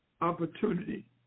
opportunity